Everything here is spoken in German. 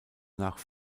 nach